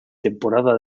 temporada